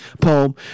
poem